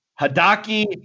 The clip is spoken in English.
Hadaki